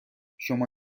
شما